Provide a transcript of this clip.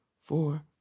four